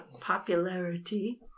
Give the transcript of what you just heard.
popularity